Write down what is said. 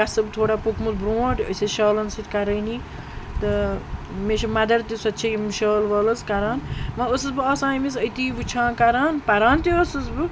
قصب تھوڑا پوٚکمُت برونٛٹھ أسۍ ٲس شالَن سۭتۍ کَرٲنی تہٕ مےٚ چھِ مَدَر تہِ سۄ تہِ چھِ یِم شال وٲلۍ حظ کَران وٕ ٲسٕس بہٕ آسان أمِس أتی وٕچھان کَران پَران تہِ ٲسٕس بہٕ